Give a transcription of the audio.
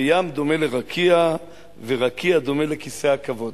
וים דומה לרקיע, ורקיע דומה לכיסא הכבוד.